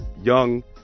young